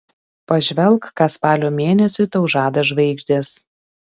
pažvelk ką spalio mėnesiui tau žada žvaigždės